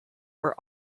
were